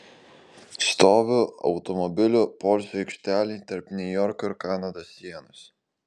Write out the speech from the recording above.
stoviu automobilių poilsio aikštelėje tarp niujorko ir kanados sienos